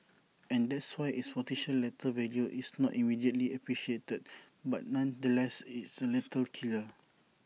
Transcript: and that's why its potential lethal value is not immediately appreciated but nonetheless it's A lethal killer